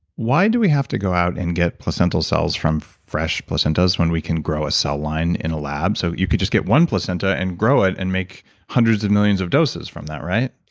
why do we have to go out and get placental cells from fresh placentas when we can grow a cell line in a lab? so, you could just get one placenta and grow it and make hundreds of millions of doses from that, right?